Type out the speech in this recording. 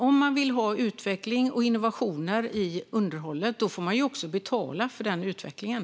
Om man vill ha utveckling och innovationer i fråga om underhåll får man också betala för den utvecklingen.